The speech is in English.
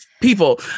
people